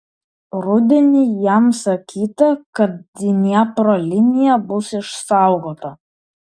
rudenį jam sakyta kad dniepro linija bus išsaugota